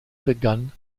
begann